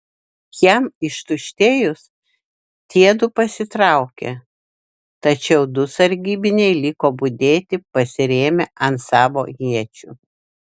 jam ištuštėjus tie du pasitraukė tačiau du sargybiniai liko budėti pasirėmę ant savo iečių